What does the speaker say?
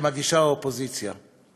שהאופוזיציה מגישה.